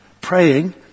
praying